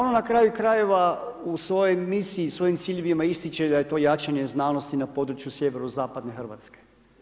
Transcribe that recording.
Ono na kraju krajeva u svojoj misiji u svojim ciljevima ističe daje to jačanje znanosti na području sjeverozapadne Hrvatske.